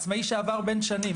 עצמאי שעבר בין שנים,